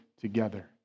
together